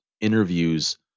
interviews